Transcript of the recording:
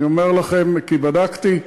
אני אומר לכם, כי בדקתי.